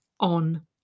on